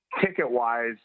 ticket-wise